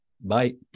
Bye